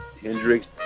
Hendrix